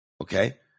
Okay